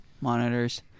monitors